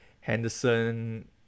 Henderson